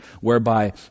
whereby